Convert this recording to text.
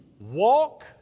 walk